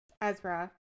Ezra